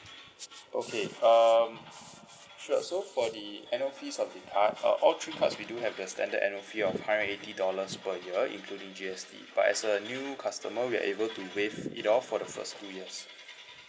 okay um sure so for the annual fees of the card uh all three cards we do the standard annual fee of hundred and eighty dollars per year including G_S_T but as a new customer we are able to waive it off for the first two years